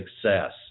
success